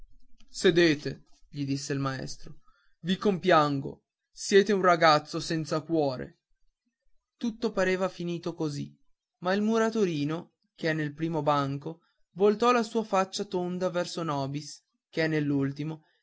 sedete gli disse il maestro i compiango siete un ragazzo senza cuore tutto pareva finito così ma il muratorino che è nel primo banco voltò la sua faccia tonda verso nobis che è